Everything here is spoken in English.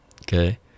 okay